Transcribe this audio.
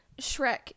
Shrek